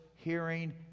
hearing